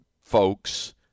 folks